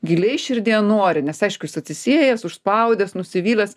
giliai širdyje nori nes aišku jis atsisės užspaudęs nusivylęs